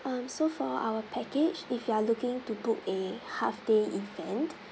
um so for our package if you are looking to book a half day event